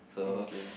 mm K